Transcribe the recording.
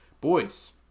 boys